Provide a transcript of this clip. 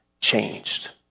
changed